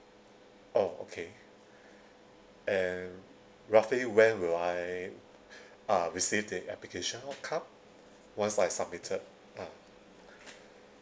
oh okay and roughly when will I uh receive the application outcome once I submitted uh